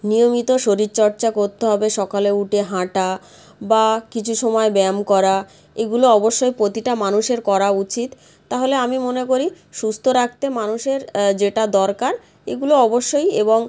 নিয়মিত শরীরচর্চা করতে হবে সকালে উঠে হাঁটা বা কিছু সময় ব্যায়াম করা এগুলো অবশ্যই প্রতিটা মানুষের করা উচিত তাহলে আমি মনে করি সুস্থ রাখতে মানুষের যেটা দরকার এগুলো অবশ্যই এবং